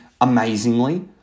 amazingly